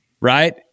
right